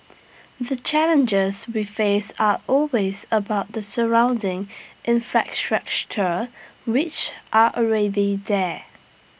the challenges we face are always about the surrounding infrastructure which are already there